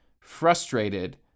frustrated